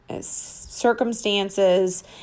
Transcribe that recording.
circumstances